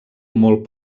molt